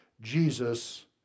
Jesus